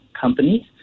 companies